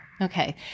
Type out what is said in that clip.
Okay